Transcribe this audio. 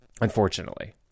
Unfortunately